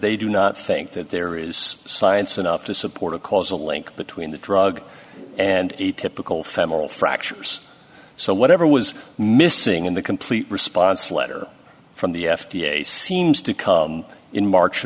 they do not think that there is science enough to support a causal link between the drug and a typical femoral fractures so whatever was missing in the complete response letter from the f d a seems to come in march